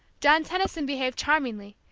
john tenison behaved charmingly,